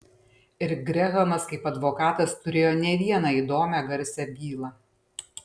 ir grehamas kaip advokatas turėjo ne vieną įdomią garsią bylą